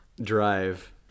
drive